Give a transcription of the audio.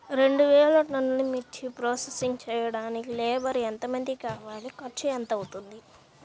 రెండు వేలు టన్నుల మిర్చి ప్రోసెసింగ్ చేయడానికి లేబర్ ఎంతమంది కావాలి, ఖర్చు ఎంత అవుతుంది?